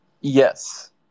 Yes